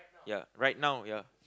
ya right now ya